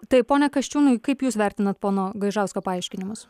taip pone kasčiūnai kaip jūs vertinat pono gaižausko paaiškinimus